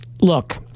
look